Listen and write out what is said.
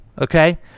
Okay